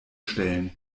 stellen